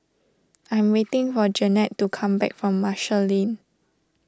I'm waiting for Jeanette to come back from Marshall Lane